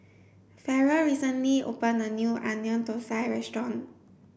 ferrell recently opened a new onion thosai restaurant